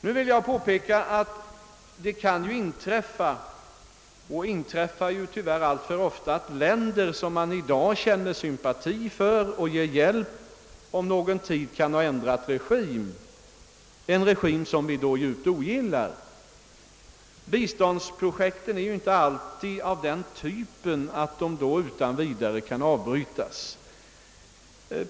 Nu vill jag påpeka att det kan inträffa — och tyvärr alltför ofta gör det — att länder, som vi i dag känner sympati för och ger hjälp, om någon tid får en ny regim som vi ogillar. Biståndsprojekten är inte alltid av den typen att de då kan avbrytas.